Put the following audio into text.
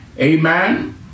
amen